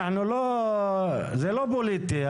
זה לא פוליטי.